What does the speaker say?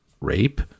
rape